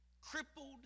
crippled